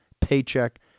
paycheck